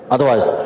Otherwise